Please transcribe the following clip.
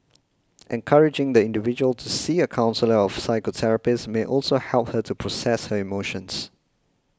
encouraging the individual to see a counsellor or psychotherapist may also help her to process her emotions